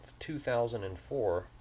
2004